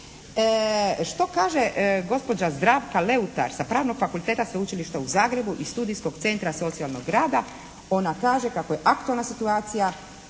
Što kaže gospođa Zdravka Leutar sa Pravnog fakulteta Sveučilišta u Zagrebu i studijskog centra socijalnog rada? Ona kaže kako je aktualna situacija